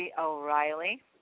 O'Reilly